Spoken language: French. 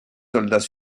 soldats